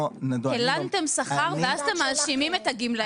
הלנתם שכר ואז אתם מאשימים את הגמלאים?